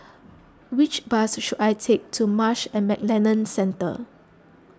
which bus should I take to Marsh and McLennan Centre